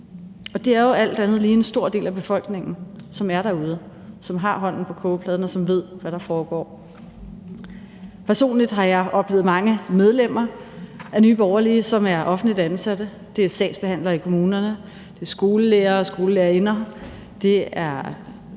Og det er jo alt andet lige en stor del af befolkningen, som er derude, som har hånden på kogepladen, og som ved, hvad der foregår. Personligt har jeg oplevet mange medlemmer af Nye Borgerlige, som er offentligt ansatte – det er sagsbehandlere i kommunerne, det er skolelærere og skolelærerinder, det er